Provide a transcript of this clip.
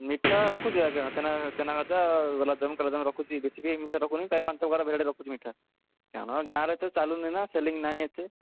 ମିଠା ରଖୁଛି ଆଜ୍ଞା ଛେନା ଛେନା ଗଜା ଗୁଲାବ ଜାମୁ କାଲା ଜାମୁ ରଖୁଛି ଏବେ ବୋଶାୀ ବି ଜିନିଷ ରଖୁନି ଚାରି ପାଞ୍ଚ ପ୍ରକାର ଭେରାଇଟ୍ ରଖୁଛି ମିଠା ଆମ ଗାଁରେ ତ ଚାଲୁନି ନା ସେଲିଂ ନାହିଁ ଏତେ